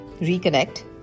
reconnect